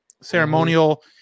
ceremonial